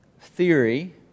theory